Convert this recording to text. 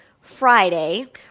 Friday